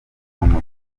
n’umuco